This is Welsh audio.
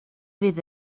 fydd